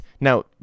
now